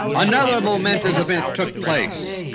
another momentous event took place.